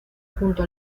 junto